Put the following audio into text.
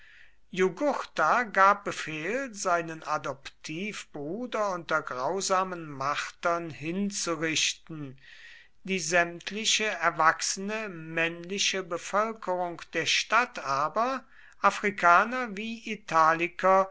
jugurtha gab befehl seinen adoptivbruder unter grausamen martern hinzurichten die sämtliche erwachsene männliche bevölkerung der stadt aber afrikaner wie italiker